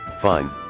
Fine